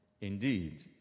Indeed